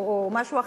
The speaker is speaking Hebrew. או משהו אחר,